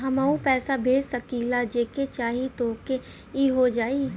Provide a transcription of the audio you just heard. हमहू पैसा भेज सकीला जेके चाही तोके ई हो जाई?